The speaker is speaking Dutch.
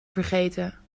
vergeten